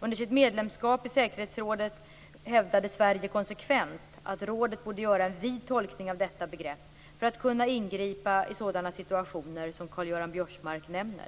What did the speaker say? Under sitt medlemskap i säkerhetsrådet 1997 1998 hävdade Sverige konsekvent att rådet borde göra en vid tolkning av detta begrepp, för att kunna ingripa i sådana situationer som Karl-Göran Biörsmark nämner.